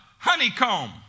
honeycomb